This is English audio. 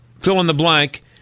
fill-in-the-blank